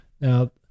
Now